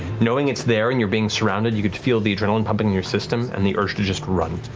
knowing it's there and you're being surrounded, you can feel the adrenaline pumping in your system and the urge to just run.